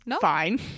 fine